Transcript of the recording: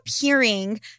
hearing